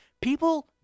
People